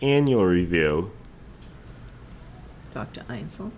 annual review doctor